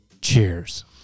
cheers